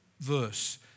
verse